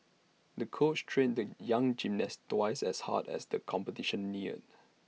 the coach trained the young gymnast twice as hard as the competition neared